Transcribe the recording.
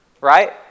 right